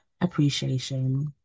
appreciation